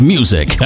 Music